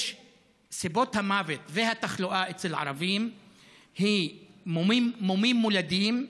סיבות המוות והתחלואה אצל ערבים הן מומים מולדים,